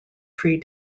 tree